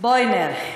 בוא נראה.